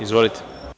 Izvolite.